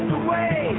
away